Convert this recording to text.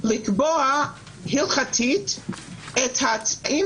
לקבוע הלכתית את התנאים